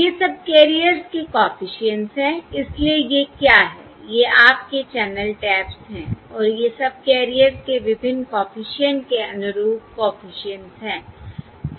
ये सबकैरियर्स के कॉफिशिएंट्स हैं इसलिए ये क्या हैं ये आपके चैनल टैप्स हैं और ये सबकैरियर्स के विभिन्न कॉफिशिएंट्स के अनुरूप कॉफिशिएंट्स हैं